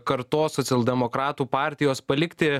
kartos socialdemokratų partijos palikti